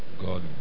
God